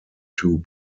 two